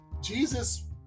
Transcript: Jesus